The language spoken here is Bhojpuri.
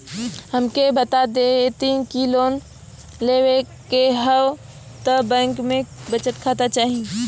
हमके बता देती की लोन लेवे के हव त बैंक में बचत खाता चाही?